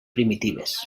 primitives